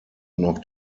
noch